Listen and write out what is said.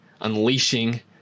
unleashing